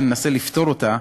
ננסה לפתור אותה,